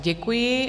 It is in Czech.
Děkuji.